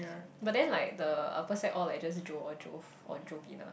but then like the upper sec all like just Jo or Jov or Jovina